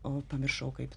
o pamiršau kaip